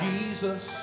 Jesus